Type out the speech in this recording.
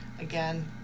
Again